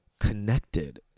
Connected